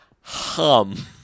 hum